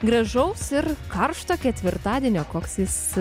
gražaus ir karšto ketvirtadienio koks jis